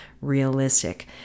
realistic